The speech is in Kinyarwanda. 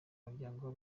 muryango